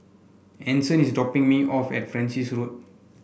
Anson is dropping me off at Francis Road